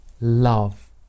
love